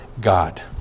God